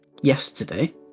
yesterday